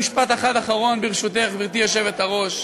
משפט אחד אחרון, ברשותך, גברתי היושבת-ראש.